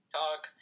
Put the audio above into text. talk